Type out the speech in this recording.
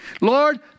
Lord